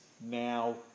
now